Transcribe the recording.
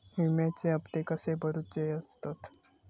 विम्याचे हप्ते कसे भरुचे असतत?